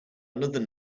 another